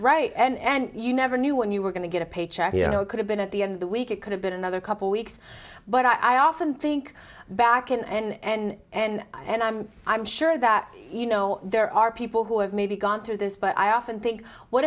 right and you never knew when you were going to get a paycheck you know it could have been at the end of the week it could have been another couple weeks but i often think back and and and i'm i'm sure that you know there are people who have maybe gone through this but i often think what